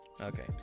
Okay